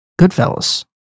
Goodfellas